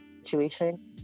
situation